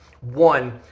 one